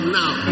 now